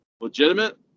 legitimate